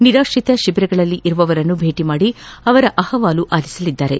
ನಿರಾತ್ರಿತ ಶಿಬಿರಗಳಲ್ಲಿರುವವರನ್ನು ಭೇಟ ಮಾಡಿ ಅವರ ಅಹವಾಲು ಆಲಿಸಲಿದ್ದಾರೆ